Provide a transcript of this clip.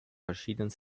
verschiedenen